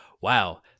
Wow